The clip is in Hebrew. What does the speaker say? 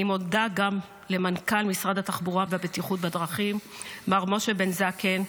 אני מודה גם למנכ"ל משרד התחבורה והבטיחות בדרכים מר משה בן זקן,